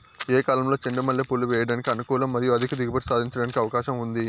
ఏ కాలంలో చెండు మల్లె పూలు వేయడానికి అనుకూలం మరియు అధిక దిగుబడి సాధించడానికి అవకాశం ఉంది?